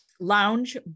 Lounge